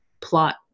plot